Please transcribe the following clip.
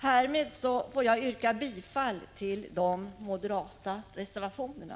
Härmed får jag yrka bifall till de moderata reservationerna.